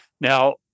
Now